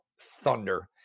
thunder